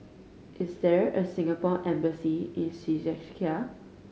is there a Singapore Embassy in Czechia